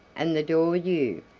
and the door you,